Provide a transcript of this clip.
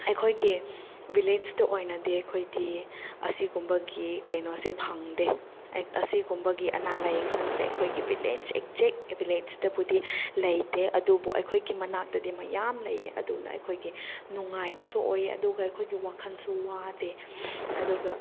ꯑꯩꯈꯣꯏꯒꯤ ꯚꯤꯂꯦꯖꯇ ꯑꯣꯏꯅꯗꯤ ꯑꯩꯈꯣꯏꯗꯤ ꯑꯁꯤꯒꯨꯝꯕꯒꯤ ꯀꯩꯅꯣꯁꯤ ꯐꯪꯗꯦ ꯑꯁꯤꯒꯨꯝꯕꯒꯤ ꯑꯅꯥ ꯂꯥꯏꯌꯦꯡꯁꯪꯁꯦ ꯑꯩꯈꯣꯏꯒꯤ ꯚꯤꯂꯦꯖ ꯑꯦꯛꯖꯦꯛ ꯚꯤꯂꯦꯖꯇꯕꯨꯗꯤ ꯂꯩꯇꯦ ꯑꯗꯨꯕꯨ ꯑꯩꯈꯣꯏꯒꯤ ꯃꯅꯥꯛꯇꯗꯤ ꯃꯌꯥꯝ ꯂꯩꯌꯦ ꯑꯗꯨꯅ ꯑꯩꯈꯣꯏꯒꯤ ꯅꯨꯡꯉꯥꯏꯕꯁꯨ ꯑꯣꯏ ꯑꯗꯨꯒ ꯑꯩꯈꯣꯏꯒꯤ ꯋꯥꯈꯜꯁꯨ ꯋꯥꯗꯦ ꯑꯗꯨꯒ